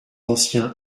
anciens